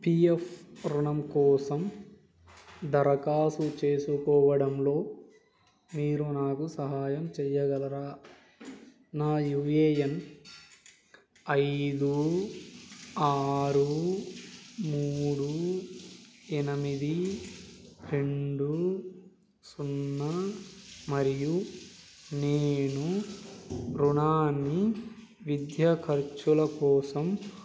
P F రుణం కోసం దరఖాస్తు చేసుకోవడంలో మీరు నాకు సహాయం చెయ్యగలరా నా యూ ఏ ఎన్ ఐదు ఆరు మూడు ఎనమిది రెండూ సున్నా మరియు నేను రుణాన్ని విద్యా ఖర్చుల కోసం